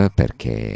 perché